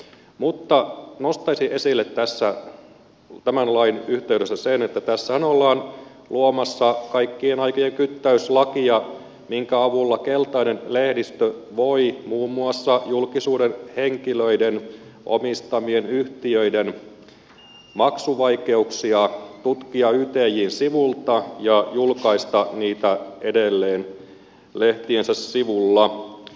mutta nostaisin esille tässä tämän lain yhteydessä sen että tässähän ollaan luomassa kaikkien aikojen kyttäyslakia minkä avulla keltainen lehdistö voi muun muassa julkisuuden henkilöiden omistamien yhtiöiden maksuvaikeuksia tutkia ytjn sivulta ja julkaista niitä edelleen lehtiensä sivulla